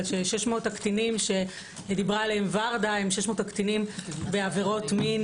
600 הקטינים שדיברה עליהם ורדה הם קטינים בעבירות מין